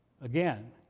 again